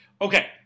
okay